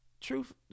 truth